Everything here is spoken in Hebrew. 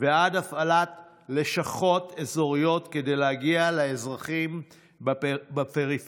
ועד הפעלת לשכות אזוריות כדי להגיע לאזרחים בפריפריה,